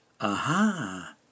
Aha